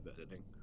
editing